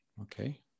okay